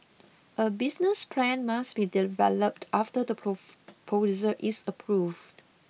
a business plan must be developed after the prof is approved